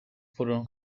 furono